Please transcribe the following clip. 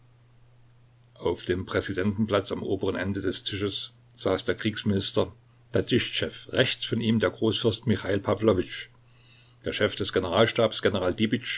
auf dem präsidentenplatz am oberen ende des tisches saß der kriegsminister tatischtschew rechts von ihm der großfürst michail pawlowitsch der chef des